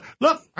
look